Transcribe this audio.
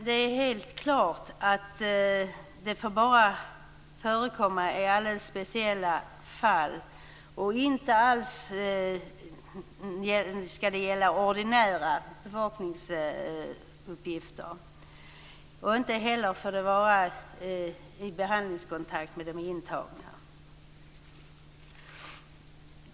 Det är helt klart att detta bara får förekomma i alldeles speciella fall och får inte gälla ordinära bevakningsuppgifter. Det får inte heller ske någon behandlingskontakt med de intagna.